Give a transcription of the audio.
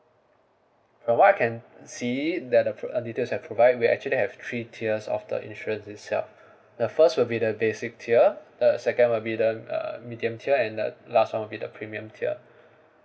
from what I can see that the pro~ details have provide we actually have three tiers of the insurance itself the first will be the basic tier the second will be the uh medium tier and the last one will be the premium tier